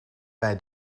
bij